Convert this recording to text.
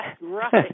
Right